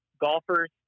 golfers